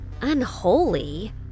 Unholy